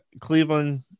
Cleveland